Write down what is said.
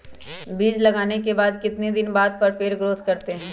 बीज लगाने के बाद कितने दिन बाद पर पेड़ ग्रोथ करते हैं?